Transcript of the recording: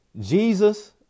Jesus